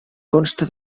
consta